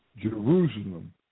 Jerusalem